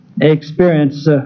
experience